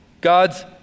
God's